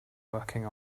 working